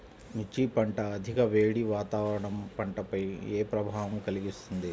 మిర్చి పంట అధిక వేడి వాతావరణం పంటపై ఏ ప్రభావం కలిగిస్తుంది?